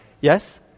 yes